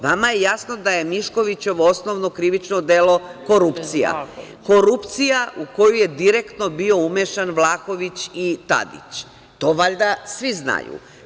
Vama je jasno da je Miškovićevo osnovno krivično delo korupcija, korupcija u koju su direktno bili umešani Vlahović i Tadić, to valjda svi znaju.